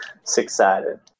six-sided